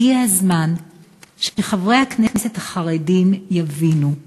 הגיע הזמן שחברי הכנסת החרדים יבינו: